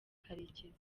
karekezi